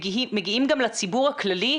מגיעים גם לציבור הכללי,